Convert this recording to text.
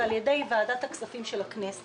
זה על ידי ועדת הכספים של הכנסת.